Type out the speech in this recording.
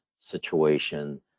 situation